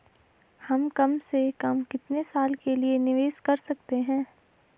हम कम से कम कितने साल के लिए निवेश कर सकते हैं?